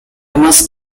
must